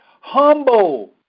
Humble